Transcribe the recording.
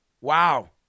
Wow